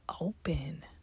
open